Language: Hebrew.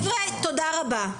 חבר'ה, תודה רבה.